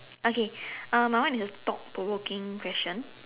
okay uh my one is a thought provoking question